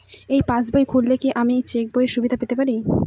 এই পাসবুক খুললে কি আমি চেকবইয়ের সুবিধা পেতে পারি?